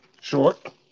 short